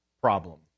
problem